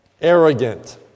arrogant